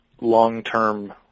long-term